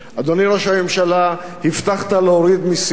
אדוני ראש הממשלה, הבטחת להוריד מסים,